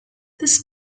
this